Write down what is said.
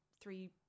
three